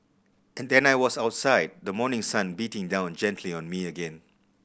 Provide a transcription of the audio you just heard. and then I was outside the morning sun beating down gently on me again